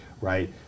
right